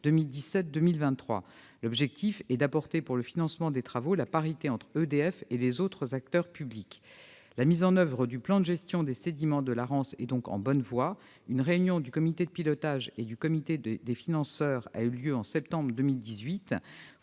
L'objectif est d'atteindre la parité entre EDF et les autres acteurs publics. La mise en oeuvre du plan de gestion des sédiments de la Rance est donc en bonne voie. Une réunion du comité de pilotage et du comité des financeurs a eu lieu en septembre 2018.